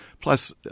Plus